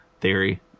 Theory